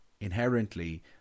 inherently